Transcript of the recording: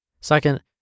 Second